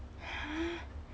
!huh!